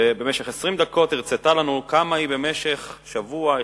ובמשך 20 דקות הרצתה לנו כמה היא החליטה במשך שבוע,